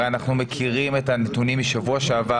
הרי אנחנו מכירים את הנתונים של לשכת התעסוקה משבוע שעבר,